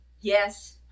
yes